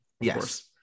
Yes